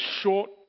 short